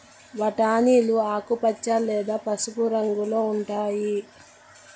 బఠానీలు ఆకుపచ్చ లేదా పసుపు రంగులో ఉంటాయి